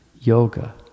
yoga